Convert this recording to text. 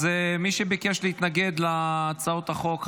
אז מי שביקש להתנגד להצעות החוק,